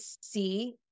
see